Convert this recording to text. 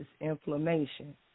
inflammation